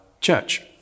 church